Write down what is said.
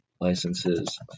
Licenses